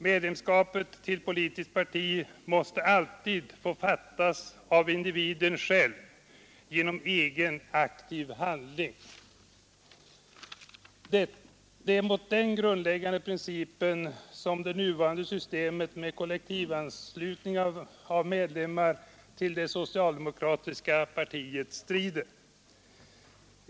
Medlemskapet i ett politiskt parti måste alltid få bestämmas av individen själv genom egen aktiv handling. Det är mot den grundläggande principen som det nuvarande systemet 4 med kollektivanslutning av medlemmar till det socialdemokratiska partiet strider.